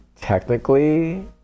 technically